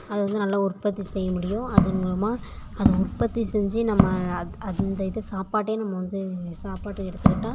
அதை வந்து நல்லா உற்பத்தி செய்யமுடியும் அதன் மூலமாக அதை உற்பத்தி செஞ்சு நம்ம அது அந்த இதை சாப்பாடே நம்ம வந்து சாப்பாட்டை எடுத்துக்கிட்டால்